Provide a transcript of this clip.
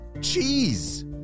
cheese